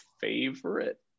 favorite